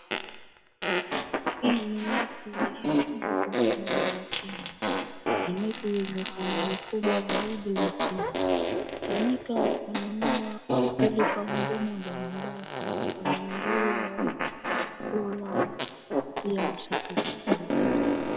Hiii ni noti ya shilingi elfu moja ya Kenya. Ni noti yenye thamani kubwa zaidi nchini. Hutumika kununua au kulipia huduma mbalimbali kama vile nguo, chakula na pia usafirishaji.